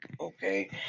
okay